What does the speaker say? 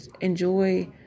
Enjoy